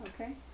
Okay